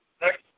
Next